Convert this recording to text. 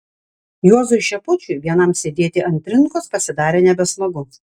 juozui šepučiui vienam sėdėti ant trinkos pasidarė nebesmagu